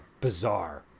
bizarre